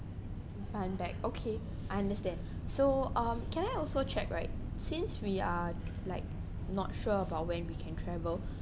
refund back okay I understand so um can I also check right since we are like not sure about when we can travel